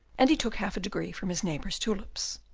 and he took half a degree from his neighbour's tulips.